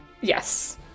Yes